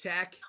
Tech